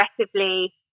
aggressively